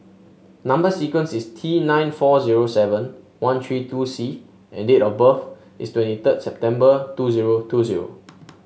number sequence is T nine four zero seven one three two C and date of birth is twenty third September two zero two zero